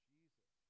Jesus